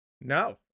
no